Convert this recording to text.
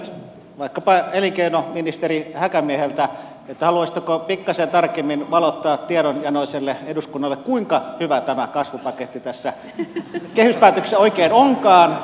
haluaisin kysyä nyt vaikkapa elinkeinoministeri häkämieheltä haluaisitteko pikkasen tarkemmin valottaa tiedonjanoiselle eduskunnalle kuinka hyvä tämä kasvupaketti tässä kehyspäätöksessä oikein onkaan ja kuinka tyytyväinen te siihen olette